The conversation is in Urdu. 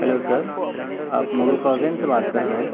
ہیلو سر آپ مغل کوزین سے بات کر رہے ہیں